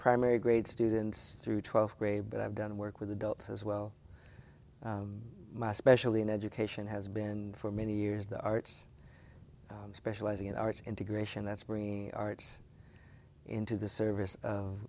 primary grade students through twelfth grade but i've done work with adults as well my special in education has been for many years the arts specializing in arts integration that's bringing arts into the service